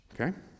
Okay